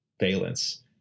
valence